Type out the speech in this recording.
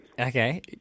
Okay